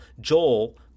Joel